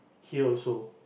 here also